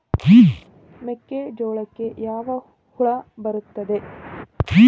ಮೆಕ್ಕೆಜೋಳಕ್ಕೆ ಯಾವ ಹುಳ ಬರುತ್ತದೆ?